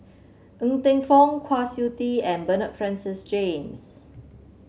Ng Teng Fong Kwa Siew Tee and Bernard Francis James